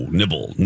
nibble